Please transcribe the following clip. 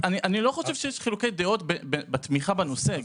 אין חילוקי דעות בתמיכה בנושא.